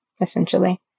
essentially